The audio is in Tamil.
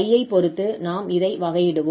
𝐼 ஐப் பொறுத்து நாம் இதை வகையிடுவோம்